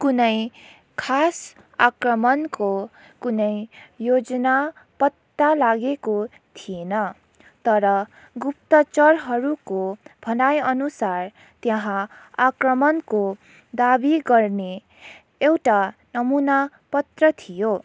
कुनै खास आक्रमणको कुनै योजना पत्ता लागेको थिएन तर गुप्तचरहरूको भनाइअनुसार त्यहाँ आक्रमणको दाबी गर्ने एउटा नमुना पत्र थियो